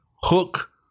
hook